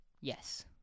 Yes